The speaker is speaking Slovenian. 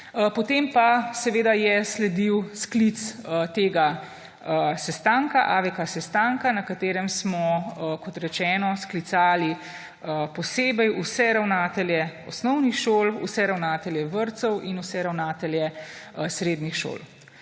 Potem pa seveda je sledil sklic tega sestanka, AVK sestanka, na katerem smo, kot rečeno, sklicali posebej vse ravnatelje osnovnih šol, vse ravnatelje vrtec in vse ravnatelje srednjih šol.